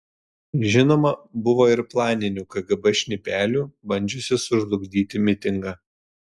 žinoma buvo ir planinių kgb šnipelių bandžiusių sužlugdyti mitingą